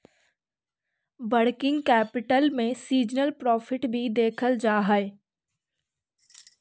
working capital में seasonal profit भी देखल जा हई